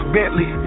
Bentley